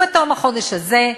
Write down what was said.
בתום החודש הזה,